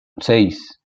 seis